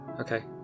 Okay